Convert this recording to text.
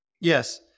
Yes